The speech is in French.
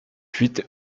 huit